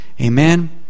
Amen